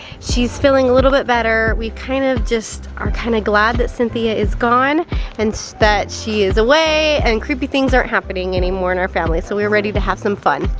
she's feeling a little bit better, we've kind of just, are kinda glad that cynthia is gone, and so that she is away and creepy things aren't happening anymore in our family so we're ready to have some fun.